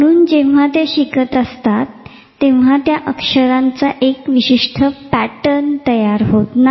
म्हणून जेंव्हा ते शिकत असतात तेंव्हा त्या अक्षराचा पॅटर्न तयार होत नाही